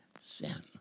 sin